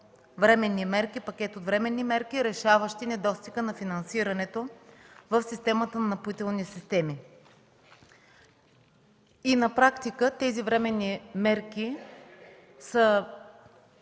пакет от временни мерки, решаващи недостига на финансирането в системата на „Напоителни системи”. На практика тези временни мерки са